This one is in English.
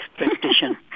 expectation